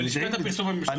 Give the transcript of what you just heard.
אני